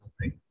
right